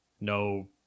No